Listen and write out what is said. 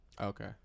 Okay